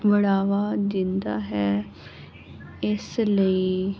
ਬੜਾ ਵਾ ਦਿੰਦਾ ਹੈ ਇਸ ਲਈ